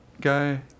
guy